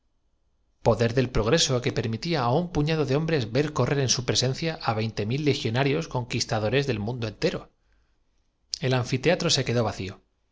poder del progreso que permitía á un puñado de hombres ver correr en su presencia á veinte mil legio narios conquistadores del mundo entero el anfiteatro se quedó vacío